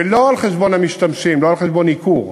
לא על חשבון המשתמשים, לא על חשבון ייקור.